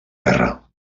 guerra